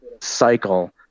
cycle